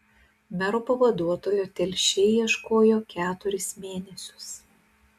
mero pavaduotojo telšiai ieškojo keturis mėnesius